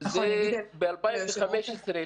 ב-2015,